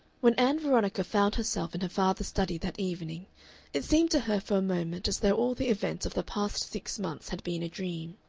when ann veronica found herself in her father's study that evening it seemed to her for a moment as though all the events of the past six months had been a dream.